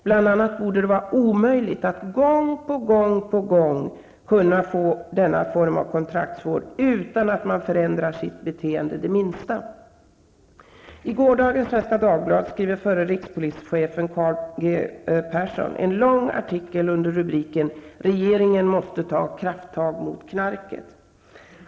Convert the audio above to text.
Bl.a. borde det vara omöjligt att gång på gång på gång kunna få denna form av kontraktsvård utan att man förändrar sitt beteende det minsta. I gårdagens Svenska Dagbladet skriver förre rikspolischefen Carl G Persson en lång artikel under rubriken ''Regeringen måste ta krafttag mot knarket''.